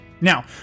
Now